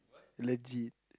legit